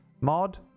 mod